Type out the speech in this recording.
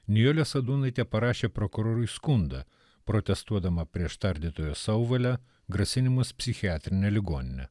nijolė sadūnaitė parašė prokurorui skundą protestuodama prieš tardytojo sauvalę grasinimus psichiatrine ligonine